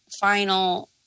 final